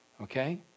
okay